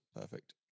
Perfect